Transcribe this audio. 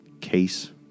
case